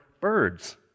birds